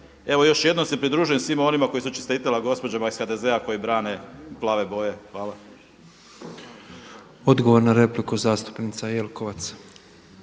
Evo još jednom se pridružujem svima onima koji su čestitali gospođama iz HDZ-a koji brane plave boje. Hvala. **Petrov, Božo (MOST)** Odgovor na repliku, zastupnica Jelkovac.